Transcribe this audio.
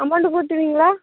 amount கொடுத்துருவீங்களா